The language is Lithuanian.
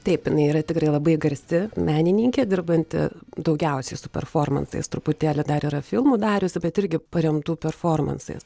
taip jinai yra tikrai labai garsi menininkė dirbanti daugiausiai su performansais truputėlį dar yra filmų dariusi bet irgi paremtų performansais